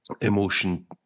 emotion